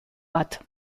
bat